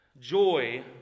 joy